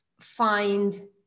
find